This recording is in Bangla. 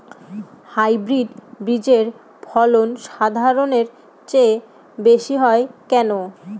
হাইব্রিড বীজের ফলন সাধারণের চেয়ে বেশী হয় কেনো?